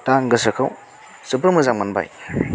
दा आं गोसोखौ जोबोर मोजां मोनबाय